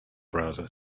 browser